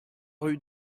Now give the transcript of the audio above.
rue